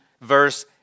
verse